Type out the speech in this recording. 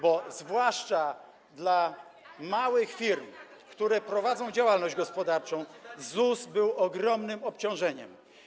Bo zwłaszcza dla małych firm, które prowadzą działalność gospodarczą, ZUS był ogromnym obciążeniem.